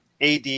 AD